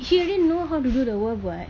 she already know how to do the work what